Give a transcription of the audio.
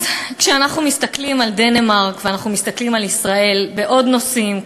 אז כשאנחנו מסתכלים על דנמרק ואנחנו מסתכלים על ישראל בעוד נושאים,